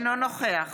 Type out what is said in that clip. אינו נוכח